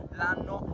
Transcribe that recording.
l'anno